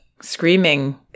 Screaming